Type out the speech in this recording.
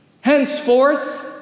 Henceforth